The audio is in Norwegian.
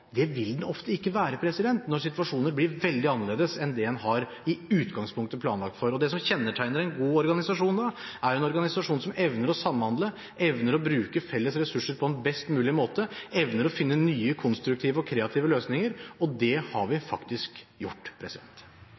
Det vil den ofte ikke være når situasjoner blir veldig annerledes enn det en i utgangspunktet har planlagt for. Det som da kjennetegner en god organisasjon, er en organisasjon som evner å samhandle, evner å bruke felles ressurser på en best mulig måte, evner å finne nye, konstruktive og kreative løsninger – og det har vi faktisk gjort.